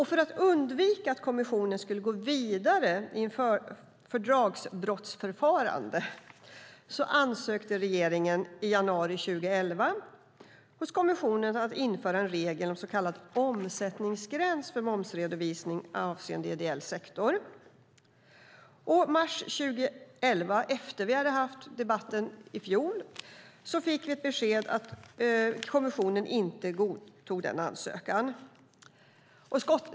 För att undvika att kommissionen skulle gå vidare i ett fördragsbrottsförfarande ansökte regeringen i januari 2011 hos kommissionen om att få införa en regel om så kallad omsättningsgräns för momsredovisning avseende ideell sektor. I mars 2011, efter det att vi hade haft debatten i fjol, fick vi ett besked om att kommissionen inte godtog denna ansökan.